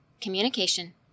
communication